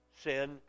sin